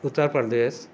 Uttar Pradesh